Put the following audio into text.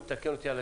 כולל התיקון אושר.